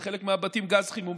ובחלק מהבתים גז חימום,